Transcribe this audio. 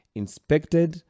inspected